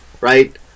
right